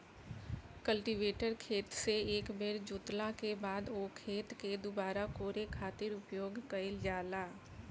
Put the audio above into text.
cultivator खेत से एक बेर जोतला के बाद ओ खेत के दुबारा कोड़े खातिर उपयोग कईल जाला